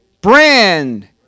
brand